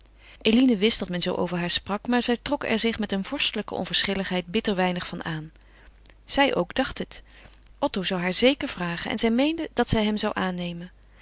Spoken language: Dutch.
eline wist dat men zoo over haar sprak maar zij trok er zich met een vorstelijke onverschilligheid bitter weinig van aan zij ook dacht het otto zou haar zeker vragen en zij meende dat zij hem zou aannemen